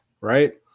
Right